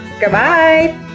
Goodbye